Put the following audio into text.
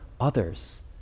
others